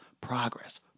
Progress